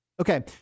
Okay